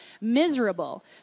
miserable